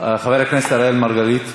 חבר הכנסת אראל מרגלית.